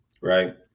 Right